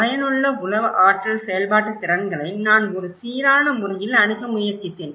பயனுள்ள உள ஆற்றல் செயல்பாட்டு திறன்களை நான் ஒரு சீரான முறையில் அணுக முயற்சித்தேன்